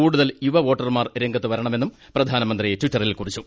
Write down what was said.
കൂടുതൽ യുവ വോട്ടർമാർ രംഗത്ത് വരണമെന്നും പ്രധാനമന്ത്രി ട്വിറ്ററിൽ കുറിച്ചു